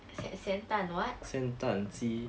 咸咸蛋 [what]